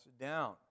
down